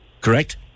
Correct